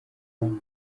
hamwe